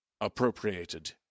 appropriated